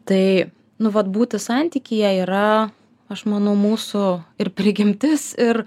tai nu vat būti santykyje yra aš manau mūsų ir prigimtis ir